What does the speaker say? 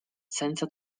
senza